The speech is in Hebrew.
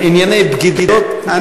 ענייני בגידות,